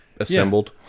assembled